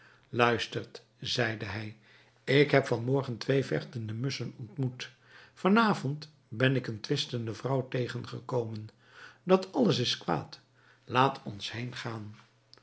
luistert zeide hij ik heb van morgen twee vechtende musschen ontmoet van avond ben ik een twistende vrouw tegen gekomen dat alles is kwaad laat ons